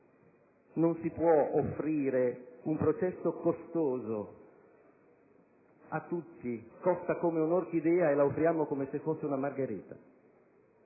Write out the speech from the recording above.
Non si può offrire un processo costoso a tutti: costa come un'orchidea e l'offriamo come se fosse una margherita.